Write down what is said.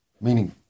Meaning